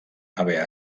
haver